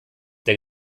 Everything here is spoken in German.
der